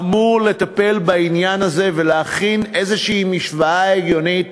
אמור לטפל בעניין הזה ולהכין איזו משוואה הגיונית